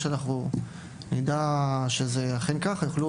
ברגע שאנחנו נדע שזה אכן כך יוכלו